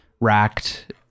Racked